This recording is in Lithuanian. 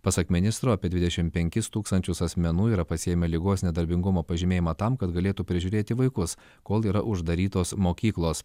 pasak ministro apie dvidešim penkis tūkstančius asmenų yra pasiėmę ligos nedarbingumo pažymėjimą tam kad galėtų prižiūrėti vaikus kol yra uždarytos mokyklos